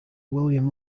william